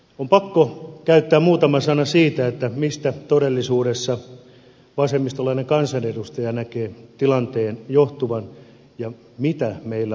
on pakko sanoa muutama sana siitä mistä todellisuudessa vasemmistolainen kansanedustaja näkee tilanteen johtuvan ja mitä meillä on tehtävissä